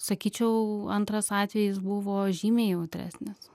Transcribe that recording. sakyčiau antras atvejis buvo žymiai jautresnis